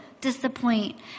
disappoint